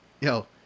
Yo